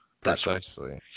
Precisely